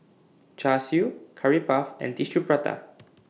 Char Siu Curry Puff and Tissue Prata